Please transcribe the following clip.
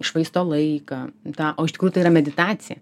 švaisto laiką tą o iš tikrųjų tai yra meditacija